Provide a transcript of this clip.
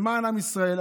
למען עם ישראל.